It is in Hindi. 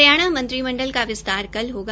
हरियाणा मंत्रिमंडल का विस्तार कल होगा